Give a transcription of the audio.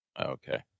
Okay